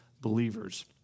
believers